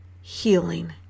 healing